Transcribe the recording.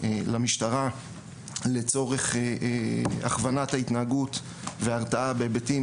למשטרה לצורך הכוונת ההתנהגות והרתעה בהיבטים